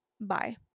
bye